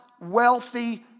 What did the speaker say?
wealthy